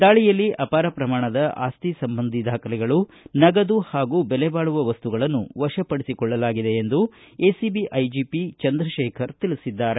ದಾಳಿಯಲ್ಲಿ ಅಪಾರ ಪ್ರಮಾಣದ ಆಸ್ತಿ ಸಂಬಂಧಿ ದಾಖಲೆಗಳು ನಗದು ಹಾಗೂ ಬೆಲೆ ಬಾಳುವ ವಸ್ತುಗಳನ್ನು ವಶಪಡಿಸಿಕೊಳ್ಳಲಾಗಿದೆ ಎಂದು ಎಸಿಬಿ ಐಜಿಪಿ ಚಂದ್ರಶೇಖರ್ ತಿಳಿಸಿದ್ದಾರೆ